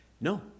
No